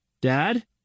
Dad